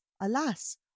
alas